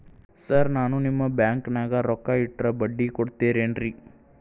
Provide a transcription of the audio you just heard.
Sir ನಾನು ನಿಮ್ಮ ಬ್ಯಾಂಕನಾಗ ರೊಕ್ಕ ಇಟ್ಟರ ಬಡ್ಡಿ ಕೊಡತೇರೇನ್ರಿ?